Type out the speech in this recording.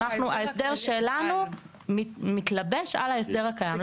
ההסדר שלנו מתלבש על ההסדר הקיים.